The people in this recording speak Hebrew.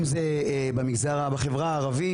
אם זה בחברה הערבית,